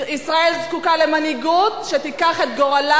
ישראל זקוקה למנהיגות שתיקח את גורלה